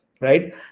right